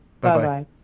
Bye-bye